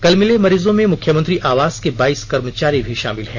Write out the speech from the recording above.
कल मिले मरीजों में मुख्यमंत्री आवास के बाइस कर्मचारी भी शामिल हैं